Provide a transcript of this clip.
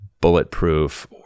bulletproof